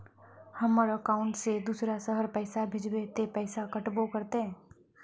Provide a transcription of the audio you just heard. हमर अकाउंट से दूसरा शहर पैसा भेजबे ते पैसा कटबो करते?